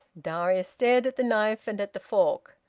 darius stared at the knife and at the fork,